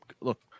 look